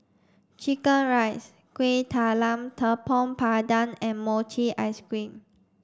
chicken rice Kueh Talam Tepong Pandan and Mochi ice cream